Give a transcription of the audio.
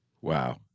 Wow